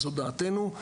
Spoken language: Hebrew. זו דעתנו.